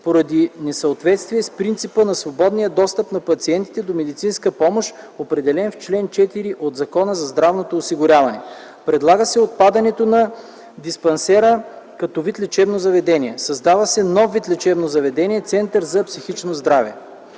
поради несъответствие с принципа на свободния достъп на пациентите до медицинска помощ, определен в чл. 4 от Закона за здравното осигуряване. Предлага се отпадането на диспансера като вид лечебно заведение. Създава се нов вид лечебно заведение – център за психично здраве.